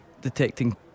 detecting